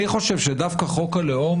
אני חושב שחוק הלאום,